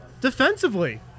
defensively